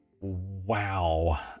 wow